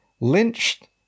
lynched